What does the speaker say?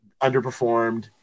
underperformed